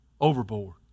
overboard